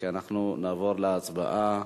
נעבור להצבעה.